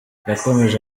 yakomeje